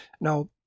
now